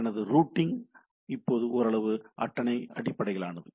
எனது ரூட்டிங் இப்போது ஓரளவு அட்டவணை அடிப்படையிலானது